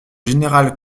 général